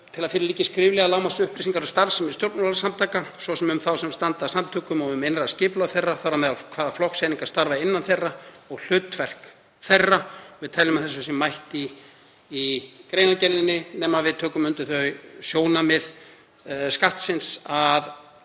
þess að fyrir liggi skriflegar lágmarksupplýsingar um starfsemi stjórnmálasamtaka, svo sem um þá sem standa að samtökunum og um innra skipulag þeirra, þar á meðal hvaða flokkseiningar starfa innan þeirra og hlutverk þeirra. Við teljum að þessu sé mætt í greinargerðinni nema við tökum undir þau sjónarmið Skattsins,